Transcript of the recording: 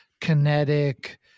kinetic